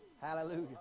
Hallelujah